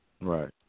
Right